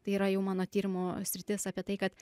tai yra jau mano tyrimų sritis apie tai kad